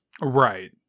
Right